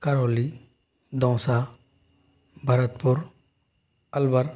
Karauli Dausa Bharatpur Alwar